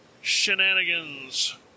shenanigans